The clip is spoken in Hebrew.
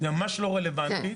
זה ממש לא רלוונטי.